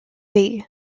bee